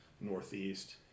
northeast